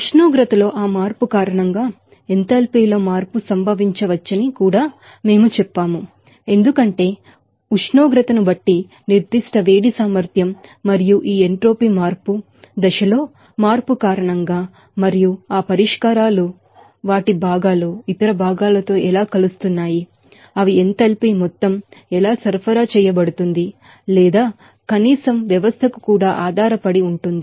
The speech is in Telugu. ఉష్ణోగ్రతలో ఆ మార్పు కారణంగా ఎంథాల్పీలో మార్పు సంభవించవచ్చని కూడా మేము చెప్పాము ఎందుకంటే ఉష్ణోగ్రతను బట్టి స్పెసిఫిక్ హిట్ కెపాసిటీ మరియు ఈ ఎంట్రోపీ ఫేస్ చేంజ్ లో మార్పు కారణంగా మరియు ఆ పరిష్కారాలు మరియు వాటి భాగాలు ఇతర భాగాలతో ఎలా కలుస్తున్నాయి అవి ఎంథాల్పీ మొత్తం ఎలా సరఫరా చేయబడుతుంది లేదా కనీసం సిస్టంకు కూడా ఆధారపడి ఉంటుంది